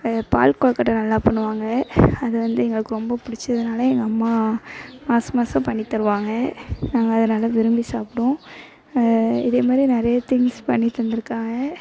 பால்கொழுக்கட்ட நல்லா பண்ணுவாங்க அது வந்து எங்களுக்கு ரொம்ப பிடிச்சதுனால எங்கள் அம்மா மாதம் மாதம் பண்ணி தருவாங்க நாங்கள் அதை நல்லா விரும்பி சாப்பிடுவோம் இதே மாதிரி நிறைய திங்க்ஸ் பண்ணித் தந்திருக்காங்க